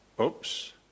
Oops